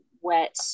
wet